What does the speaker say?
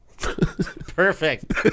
Perfect